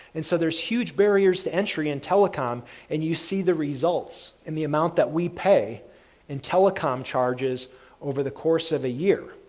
so, there's huge barriers to entry in telecom and you see the results in the amount that we pay in telecom charges over the course of a year.